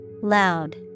Loud